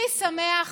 הכי שמח